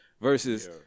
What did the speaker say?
Versus